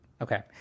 Okay